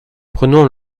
prenons